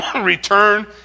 Return